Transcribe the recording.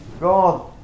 God